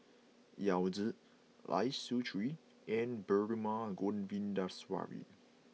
Yao Zi Lai Siu Chiu and Perumal Govindaswamy